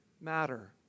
matter